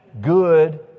good